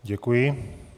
Děkuji.